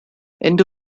indo